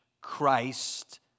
Christ